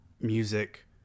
music